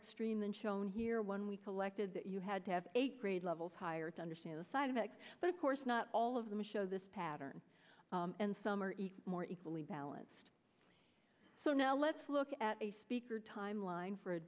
extreme than shown here when we collected that you had to have eight grade levels higher to understand the side effects but of course not all of them a show this pattern and some are more equally balanced so now let's look at a speaker timeline for a